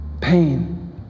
pain